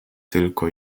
tylko